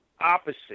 opposite